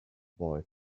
boy